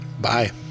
Bye